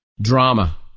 drama